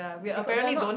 because we are not